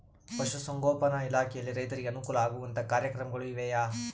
ಪಶುಸಂಗೋಪನಾ ಇಲಾಖೆಯಲ್ಲಿ ರೈತರಿಗೆ ಅನುಕೂಲ ಆಗುವಂತಹ ಕಾರ್ಯಕ್ರಮಗಳು ಇವೆಯಾ?